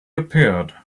appeared